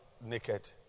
naked